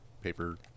paper